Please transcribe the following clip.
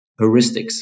heuristics